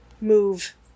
move